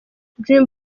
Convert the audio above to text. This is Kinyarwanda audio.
dream